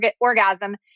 orgasm